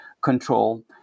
control